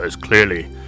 clearly